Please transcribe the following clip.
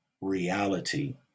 reality